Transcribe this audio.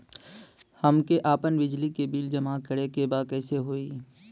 हमके आपन बिजली के बिल जमा करे के बा कैसे होई?